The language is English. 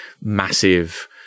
massive